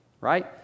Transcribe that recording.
right